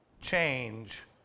change